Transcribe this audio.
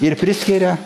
ir priskiria